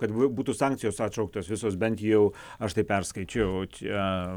kad būtų sankcijos atšauktos visos bent jau aš tai perskaičiau čia